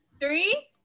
Three